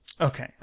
Okay